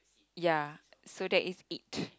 ya so that is it